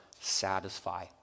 satisfy